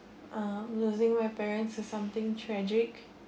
um losing my parents or something tragic